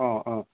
অঁ অঁ